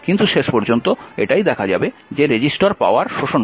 কিন্তু শেষ পর্যন্ত এটাই দেখা যাবে যে রেজিস্টার পাওয়ার শোষণ করে